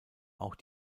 auch